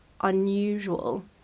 unusual